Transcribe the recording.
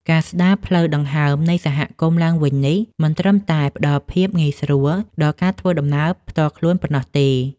ការស្ដារផ្លូវដង្ហើមនៃសហគមន៍ឡើងវិញនេះ មិនត្រឹមតែផ្ដល់ភាពងាយស្រួលដល់ការធ្វើដំណើរផ្ទាល់ខ្លួនប៉ុណ្ណោះទេ។